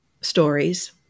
stories